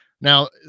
now